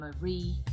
Marie